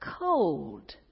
cold